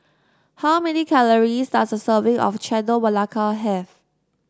how many calories does a serving of Chendol Melaka have